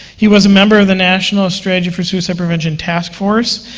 he was a member of the national strategy for suicide prevention taskforce.